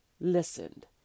listened